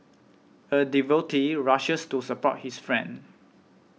a devotee rushes to support his friend